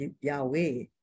Yahweh